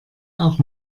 auch